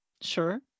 sure